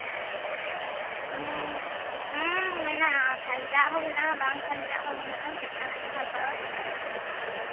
ᱦᱮᱸ ᱦᱮᱸ ᱢᱮᱱᱟᱜᱼᱟ ᱠᱷᱟᱧᱪᱟ ᱟᱜ ᱦᱚᱸ ᱢᱮᱱᱟᱜᱼᱟ ᱵᱟᱝ ᱠᱷᱟᱧᱪᱟ ᱟᱜ ᱦᱚᱸ ᱢᱮᱱᱟᱜᱼᱟ ᱪᱮᱫ ᱠᱟᱱᱟᱜ ᱜᱮᱢ ᱦᱟᱛᱟᱣᱟ